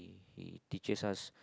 he teaches us